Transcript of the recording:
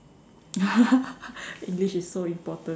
English is so important